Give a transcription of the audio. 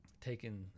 taken